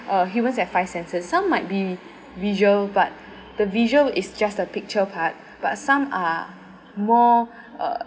uh human has five senses some might be visual but the visual is just a picture part but some are more uh